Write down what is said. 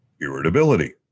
irritability